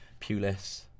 Pulis